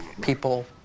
people